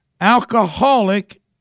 alcoholic